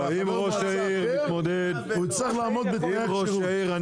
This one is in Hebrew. אם מישהו אחר הוא יצטרך לעמוד בתנאי הכשירות.